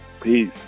Peace